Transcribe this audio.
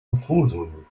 обслуживанию